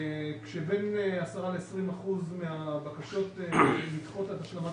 כשבין 10%-20% מהבקשות נדחות עד השלמת